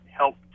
help